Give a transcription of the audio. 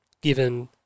given